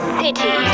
city